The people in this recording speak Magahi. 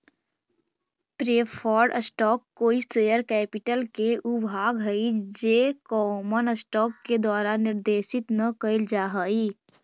प्रेफर्ड स्टॉक कोई शेयर कैपिटल के ऊ भाग हइ जे कॉमन स्टॉक के द्वारा निर्देशित न कैल जा हइ